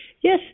Yes